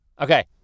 Okay